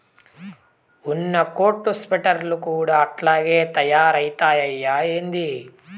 ఉన్ని కోట్లు స్వెటర్లు కూడా అట్టాగే తయారైతయ్యా ఏంది